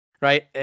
right